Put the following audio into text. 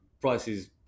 Prices